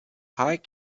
high